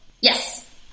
Yes